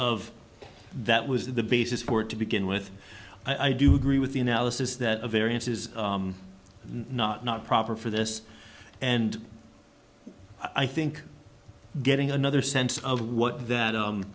of that was the basis for it to begin with i do agree with the analysis that a variance is not not proper for this and i think getting another sense of what that